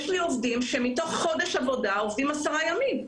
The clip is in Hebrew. יש לי עובדים שמתוך חודש עבודה עובדים עשרה ימים,